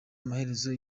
amaherezo